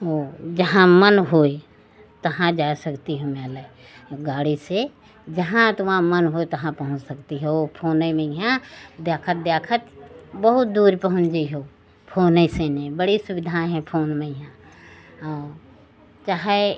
ओ जहाँ मन हो वहाँ जा सकती हूँ मेला गाड़ी से जहाँ तुम्हारा मन हो वहाँ पहुँच सकती हो फ़ोन में हाँ देखते देखते बहुत दूर पहुँच जाओगे फ़ोन से ना बड़ी सुविधाएँ हैं फ़ोन में यहाँ और चाहे